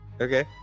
okay